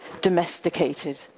domesticated